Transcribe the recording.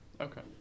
Okay